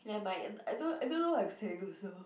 okay never mind I don't I don't know what I'm saying also